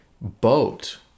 boat